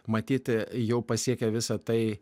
matyti jau pasiekia visa tai